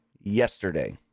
yesterday